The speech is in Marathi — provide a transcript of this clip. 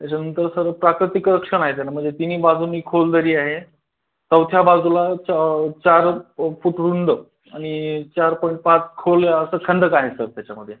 त्याच्यानंतर सर प्राकृतिक रक्षणाय त्याला म्हणजे तिन्ही बाजूनेही खोल दरी आहे चौथ्या बाजूला च चार फूट रुंद आणि चार पॉईंट पाच खोल असं खंडक आहे सर त्याच्यामध्ये